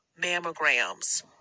mammograms